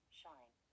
shine